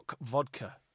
vodka